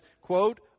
quote